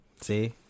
See